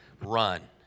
run